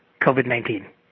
COVID-19